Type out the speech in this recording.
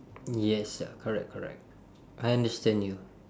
yes ah correct correct I understand you